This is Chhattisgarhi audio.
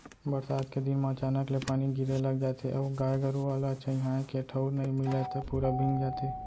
बरसात के दिन म अचानक ले पानी गिरे लग जाथे अउ गाय गरूआ ल छंइहाए के ठउर नइ मिलय त पूरा भींग जाथे